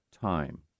time